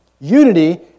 Unity